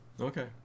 Okay